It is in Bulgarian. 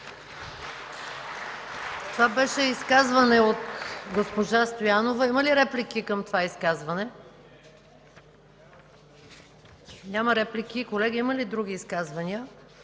Това беше изказване от госпожа Стоянова. Има ли реплики към изказването? Няма реплики. Колеги, има ли други изказвания?